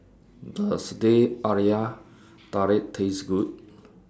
Does Teh Halia Tarik Taste Good